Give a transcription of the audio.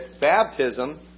baptism